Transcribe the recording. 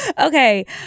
okay